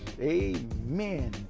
Amen